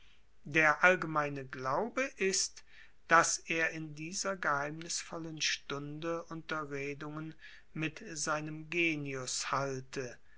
der allgemeine glaube ist daß er in dieser geheimnisvollen stunde unterredungen mit seinem genius halte